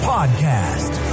Podcast